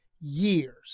years